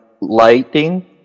lighting